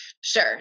Sure